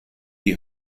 die